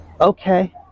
Okay